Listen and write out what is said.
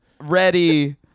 ready